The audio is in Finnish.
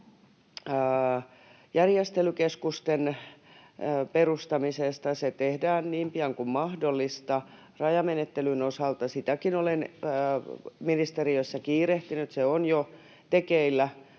järjestelykeskusten perustamisesta. Se tehdään niin pian kuin mahdollista rajamenettelyn osalta. Sitäkin olen ministeriössä kiirehtinyt. Se on jo tekeillä